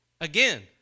again